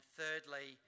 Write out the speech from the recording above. thirdly